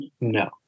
No